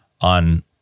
on